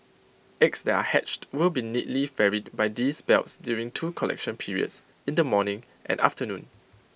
eggs that are hatched will be neatly ferried by these belts during two collection periods in the morning and afternoon